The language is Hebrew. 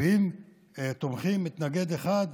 70 תומכים, מתנגד אחד.